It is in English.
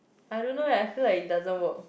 I don't know eh I feel like it doesn't work